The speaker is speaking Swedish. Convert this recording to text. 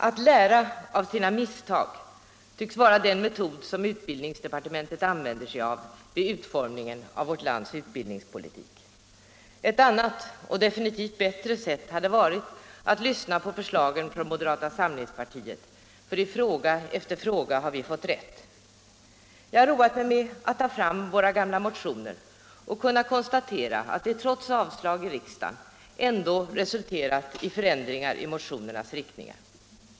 Att lära av sina misstag tycks vara den metod som utbildningsdepartementet använder sig av vid utformningen av vårt lands utbildningspolitik. Ett annat och definitivt bättre sätt hade varit att lyssna på förslagen från moderata samlingspartiet, för i fråga efter fråga har vi fått rätt. Jag har roat mig med att ta fram våra gamla motioner och har kunnat konstatera att de trots avslag i riksdagen ändå har resulterat i förändringar i motionernas riktningar.